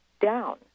down